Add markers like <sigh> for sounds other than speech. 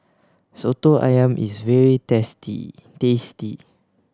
Soto Ayam is very <unintelligible> tasty